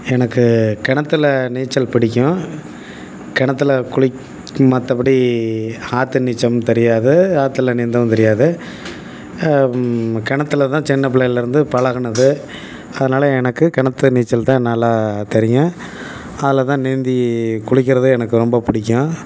எனக்குக் கிணத்துல நீச்சல் பிடிக்கும் கிணத்துல குளிக் மற்றபடி ஆற்று நீச்சலும் தெரியாது ஆற்றுல நீந்தவும் தெரியாது கிணத்துல தான் சின்னப் பிள்ளைலருந்து பழகுனது அதனால் எனக்குக் கிணத்து நீச்சல் தான் நல்லா தெரியும் அதில் தான் நீந்திக் குளிக்கிறது எனக்கு ரொம்பப் பிடிக்கும்